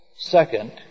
Second